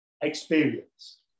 experience